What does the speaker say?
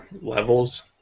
levels